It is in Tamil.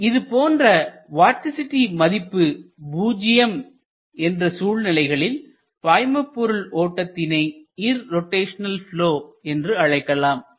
இதுபோன்ற வார்டிசிட்டி மதிப்பு பூஜ்யம் என்ற சூழ்நிலைகளில் பாய்மபொருள் ஓட்டத்தினை இர்ரோட்டைஷனல் ப்லொ என்று அழைக்கலாம்